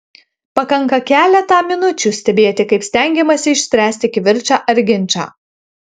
pakanka keletą minučių stebėti kaip stengiamasi išspręsti kivirčą ar ginčą